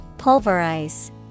Pulverize